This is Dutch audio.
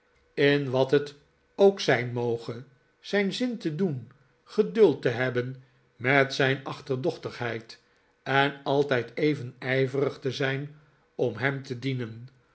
in wat het ook zijn moge zijn zin te doen geduld te hebben met zijn achterdoehtigheid en altijd even ijverig te zijn om hem te dienen